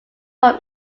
from